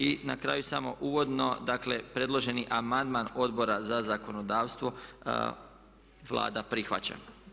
I na kraju samo uvodno dakle, predloženi amandman Odbora za zakonodavstvo Vlada prihvaća.